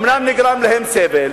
אומנם נגרם להם סבל,